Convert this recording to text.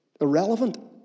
Irrelevant